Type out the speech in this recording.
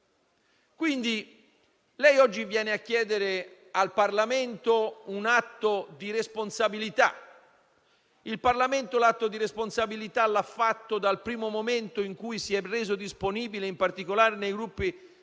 Lei oggi viene a chiedere al Parlamento un atto di responsabilità; il Parlamento l'atto di responsabilità lo ha fatto dal primo momento in cui si è reso disponibile, in particolare nei Gruppi